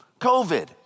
COVID